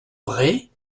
bret